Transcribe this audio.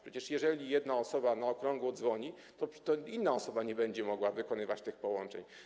Przecież jeżeli jedna osoba na okrągło dzwoni, to inna osoba nie będzie mogła wykonywać tych połączeń.